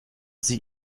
sie